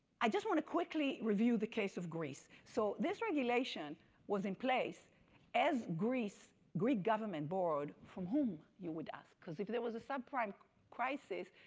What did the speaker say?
i just want to quickly review the case of greece. so this regulation was in place as greece, greek ggovernment, borrowed from whom, you would ask. because if there was a subprime crisis,